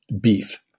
beef